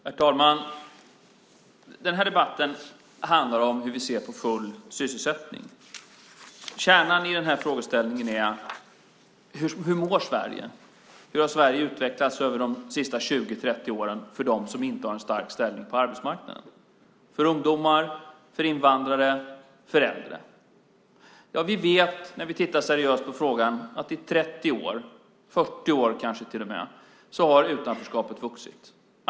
Herr talman! Den här debatten handlar om hur vi ser på full sysselsättning. Kärnan i frågeställningen är: Hur mår Sverige? Hur har Sverige utvecklats över de senaste 20-30 åren för dem som inte har en stark ställning på arbetsmarkanden? Det handlar om situationen för ungdomar, invandrare och äldre. Vi vet när vi tittar seriöst på frågan att i 30 år, kanske till och med 40 år, har utanförskapet vuxit.